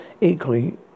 equally